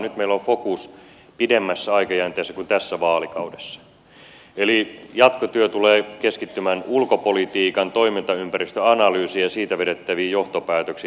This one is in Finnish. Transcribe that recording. nyt meillä on fokus pidemmässä aikajänteessä kuin tässä vaalikaudessa eli jatkotyö tulee keskittymään ulkopolitiikan toimintaympäristöanalyysiin ja siitä vedettäviin johtopäätöksiin